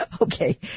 Okay